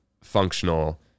functional